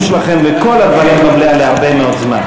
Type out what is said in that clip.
שלכם וכל הדברים במליאה להרבה מאוד זמן.